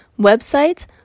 websites